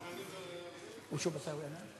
הררי.